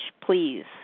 Please